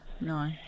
no